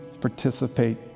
participate